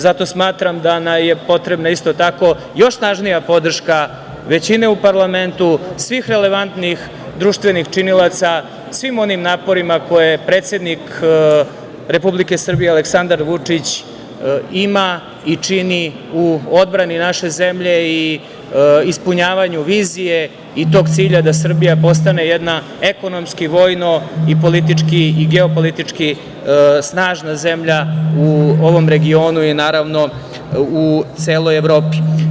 Zato smatram da nam je potrebna isto tako još snažnija podrška većine u parlamentu, svih relevantnih društvenih činilaca, svim onim naporima koje je predsednik Republike Srbije Aleksandar Vučić imao i čini u odbrani naše zemlje i ispunjavanju vizije i tog cilja da Srbija postane jedna ekonomski, vojno i politički i geopolitički snažna zemlja u ovom regionu i u celoj Evropi.